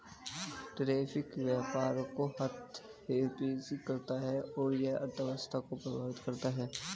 tariff व्यापार को हतोत्साहित करता है और यह अर्थव्यवस्था को प्रभावित करता है